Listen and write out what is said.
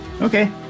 Okay